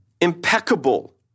impeccable